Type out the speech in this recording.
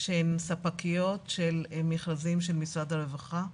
שהן ספקיות של מכרזים של משרד הרווחה.